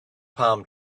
palm